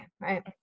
right